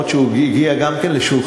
אף שהוא הגיע גם לשולחני.